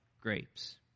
grapes